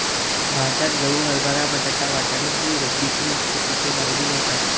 भारतात गहू, हरभरा, बटाटा, वाटाणा ही रब्बीची मुख्य पिके मानली जातात